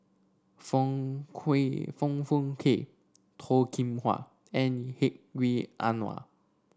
Foong Kui Foong Fook Kay Toh Kim Hwa and Hedwig Anuar